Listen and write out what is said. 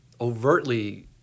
overtly